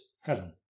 Helen